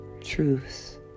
truth